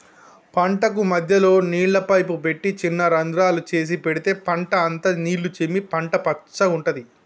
పంటకు మధ్యలో నీళ్ల పైపు పెట్టి చిన్న రంద్రాలు చేసి పెడితే పంట అంత నీళ్లు చిమ్మి పంట పచ్చగుంటది